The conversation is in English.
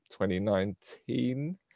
2019